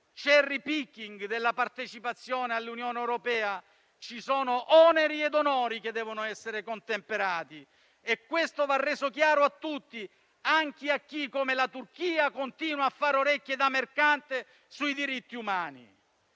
*cherry-picking* della partecipazione all'Unione europea. Ci sono oneri e onori che devono essere contemperati e questo va reso chiaro a tutti, anche a chi come la Turchia continua a fare orecchie da mercante sui diritti umani.